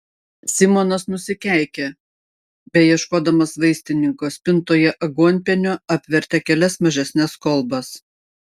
simonas nusikeikė beieškodamas vaistininko spintoje aguonpienio apvertė kelias mažesnes kolbas